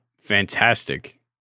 fantastic